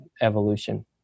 evolution